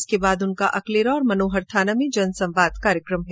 इसके बाद उनका अकलेरा और मनोहरथाना में जन संवाद कार्यक्रम है